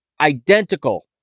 identical